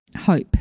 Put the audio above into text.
hope